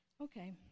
Okay